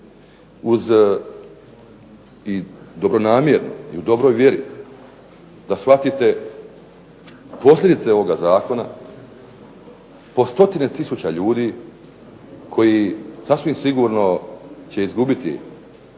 uz i dobronamjernu i u dobroj vjeri da shvatite posljedice ovoga zakona po stotine tisuća ljudi koji sasvim sigurno će izgubiti